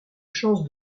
chance